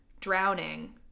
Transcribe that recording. drowning